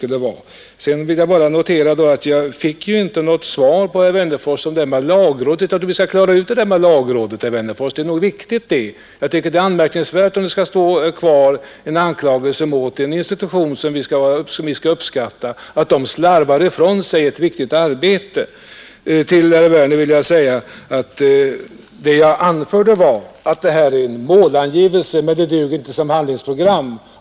Jag vill sedan notera att jag inte fick något svar från herr Wennerfors beträffande lagrådet. Vi skall klara ut detta, herr Wennerfors. Jag tycker att det är anmärkningsvärt om en anklagelse skall stå kvar mot lagrådet för att det har slarvat ifrån sig ett viktigt arbete. Det är en institution som vi skall uppskatta. Till herr Werner vill jag säga att vad jag anförde var en målangivelse, men det duger inte som handlingsprogram.